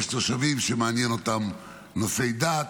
יש תושבים שמעניין אותם נושאי דת,